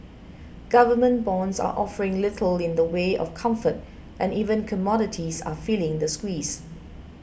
government bonds are offering little in the way of comfort and even commodities are feeling the squeeze